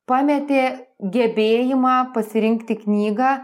pametė gebėjimą pasirinkti knygą